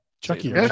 Chucky